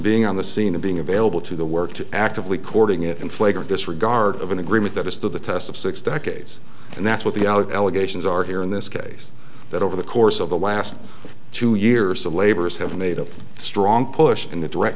being on the scene to being available to the work to actively courting it in flagrant disregard of an agreement that has stood the test of six decades and that's what the out allegations are here in this case that over the course of the last two years the labors have made a strong push in the direct